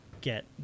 get